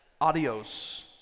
adios